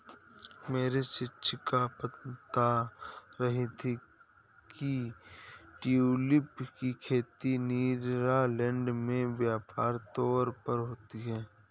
मेरी शिक्षिका बता रही थी कि ट्यूलिप की खेती नीदरलैंड में व्यापक तौर पर होती है